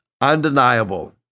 undeniable